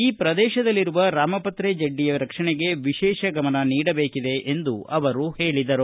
ಈ ಪ್ರದೇಶದಲ್ಲಿರುವ ರಾಮಪತ್ರೆ ಜಡ್ಡಿಯ ರಕ್ಷಣೆಗೆ ವಿಶೇಷ ಗಮನ ನೀಡಬೇಕಿದೆ ಎಂದು ಹೇಳಿದರು